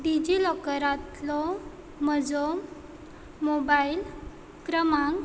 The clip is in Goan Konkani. डिजिलॉकरांतलो म्हजो मोबायल क्रमांक